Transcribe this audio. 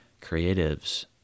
creatives